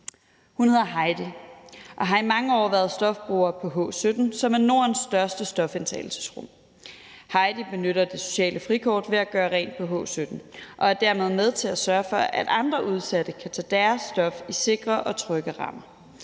Hun hedder Heidi og har i mange år været stofbruger på H17, som er Nordens største stofindtagelsesrum. Heidi benytter det sociale frikort ved at gøre rent på H17 og er dermed med til at sørge for, at andre udsatte kan tage deres stof i sikre og trygge rammer.